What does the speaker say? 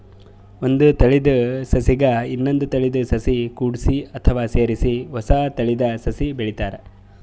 ಒಂದ್ ತಳೀದ ಸಸಿಗ್ ಇನ್ನೊಂದ್ ತಳೀದ ಸಸಿ ಕೂಡ್ಸಿ ಅಥವಾ ಸೇರಿಸಿ ಹೊಸ ತಳೀದ ಸಸಿ ಬೆಳಿತಾರ್